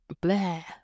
blah